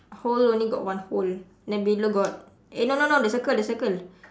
hole only got one hole then below got eh no no no the circle the circle